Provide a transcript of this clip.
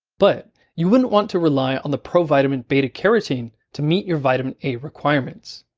but you wouldn't want to rely on the provitamin beta-carotene to meet your vitamin a requirements.